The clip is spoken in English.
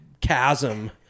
chasm